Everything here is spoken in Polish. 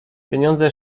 pieniądze